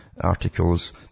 articles